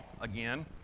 again